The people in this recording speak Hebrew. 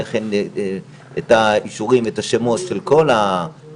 כן את האישורים ואת השמות של כל המאבטחים,